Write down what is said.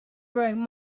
bring